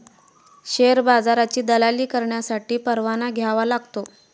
share बाजाराची दलाली करण्यासाठी परवाना घ्यावा लागतो